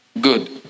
Good